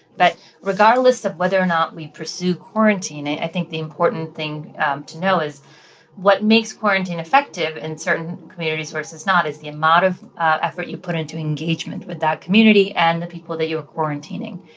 but regardless of whether or not we pursue quarantine, i think the important thing to know is what makes quarantine effective in certain communities versus not is the amount of effort you put into engagement with that community and the people that you are quarantining,